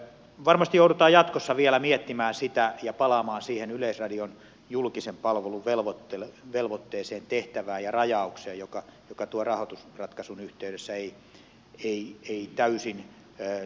varmasti joudutaan jatkossa vielä miettimään sitä ja palaamaan siihen yleisradion julkisen palvelun velvoitteeseen tehtävään ja rajaukseen joka tuon rahoitusratkaisun yhteydessä ei täysin tarkasti tullut tehtyä